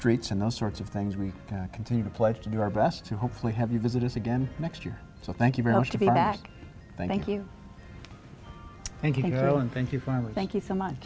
streets and those sorts of things we continue to place to do our best to hopefully have you visit us again next year so thank you very much to be back thank you thank you girl and thank you very much thank you so much